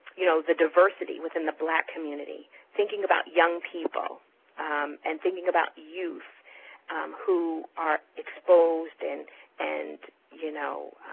you know, the diversity within the black community, thinking about young people and thinking about youth who are exposed and and you know,